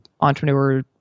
entrepreneur